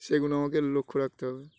সেগুলো আমাকে লক্ষ্য রাখতে হবে